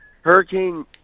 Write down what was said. hurricane